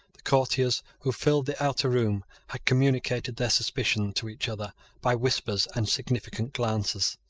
the courtiers who filled the outer room had communicated their suspicions to each other by whispers and significant glances.